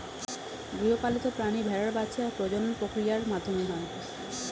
গৃহপালিত প্রাণী ভেড়ার বাচ্ছা প্রজনন প্রক্রিয়ার মাধ্যমে হয়